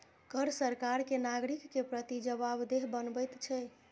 कर सरकार कें नागरिक के प्रति जवाबदेह बनबैत छै